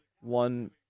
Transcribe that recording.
one